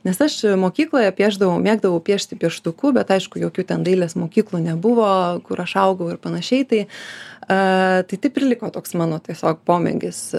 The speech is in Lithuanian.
nes aš mokykloje piešdavau mėgdavau piešti pieštuku bet aišku jokių ten dailės mokyklų nebuvo kur aš augau ir panašiai tai aaa tai taip ir liko toks mano tiesiog pomėgis